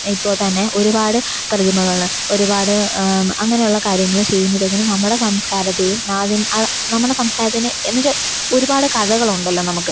ഇപ്പോൾത്തന്നെ ഒരുപാട് പ്രതിമകൾ ഒരുപാട് അങ്ങനെയുള്ള കാര്യങ്ങൾ ചെയ്യുമ്പോഴത്തേക്കിനും നമ്മുടെ സംസ്കാരത്തെയും നാദിൻ നമ്മുടെ സംസ്കാരത്തിന് എന്നുവെച്ചാൽ ഒരുപാട് കഥകളുണ്ടല്ലോ നമ്മൾക്ക്